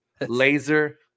laser